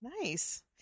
Nice